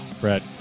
Brett